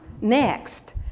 next